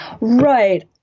Right